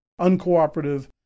uncooperative